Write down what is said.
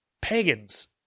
pagans